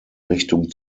richtung